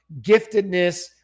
giftedness